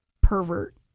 pervert